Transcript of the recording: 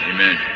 Amen